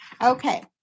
Okay